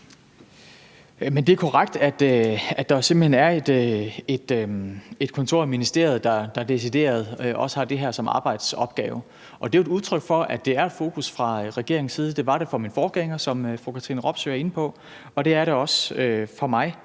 Det er korrekt, at der jo simpelt hen er et kontor i ministeriet, der decideret har det her som arbejdsopgave. Og det er jo et udtryk for, at det er et fokus fra regeringens side – det var det for min forgænger, som fru Katrine Robsøe er inde på, og det er det også for mig.